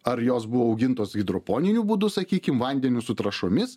ar jos buvo augintos hidroponiniu būdu sakykim vandeniu su trąšomis